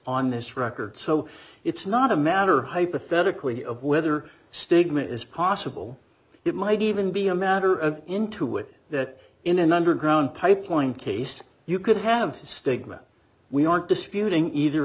on this record so it's not a matter hypothetically of whether stigma is possible it might even be a matter of into it that in an underground pipeline case you could have a stigma we aren't disputing either